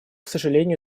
сожалению